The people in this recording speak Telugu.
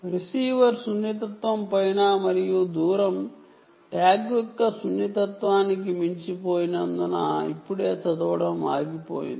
రిసీవర్ సున్నితత్వం పైన మరియు దూరం ట్యాగ్ యొక్క సెన్సిటివిటి కి మించి పోయినందున ఇప్పుడే చదవడం ఆగిపోయింది